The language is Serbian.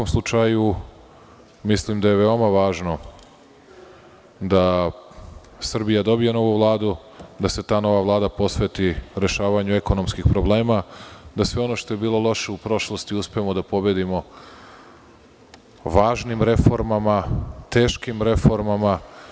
Mislim da je veoma važno da Srbija dobije novu Vladu, da se ta nova Vlada posveti rešavanju ekonomskih problema, da sve ono što je bilo loše u prošlosti uspemo da pobedimo važnim reformama, teškim reformama.